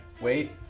Wait